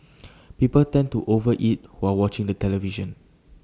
people tend to over eat while watching the television